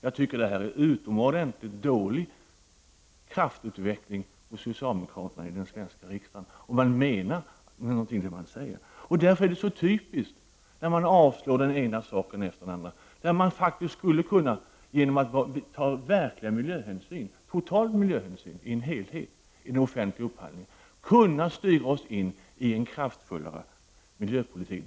Jag tycker att detta är en utomordentligt dålig kraftutveckling från socialdemokraterna i den svenska riksdagen, om man nu menar någonting med vad man säger. Det är därför så typiskt att socialdemokraterna avstyrker den ena saken efter den andra. Genom att i den offentliga upphandlingen ta verkliga miljöhänsyn och se till helheten skulle man kunna styra oss in i en kraftfullare miljöpolitik.